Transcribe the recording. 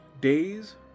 days